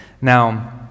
Now